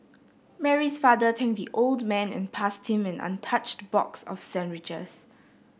Mary's father thanked the old man and passed him an untouched box of sandwiches